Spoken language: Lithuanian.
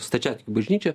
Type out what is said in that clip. stačiatikių bažnyčia